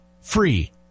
Free